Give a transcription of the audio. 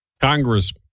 Congress